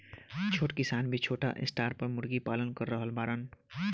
छोट किसान भी छोटा स्टार पर मुर्गी पालन कर रहल बाड़न